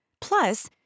Plus